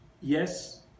yes